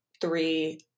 three